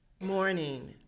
morning